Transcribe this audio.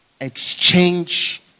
exchange